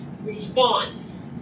response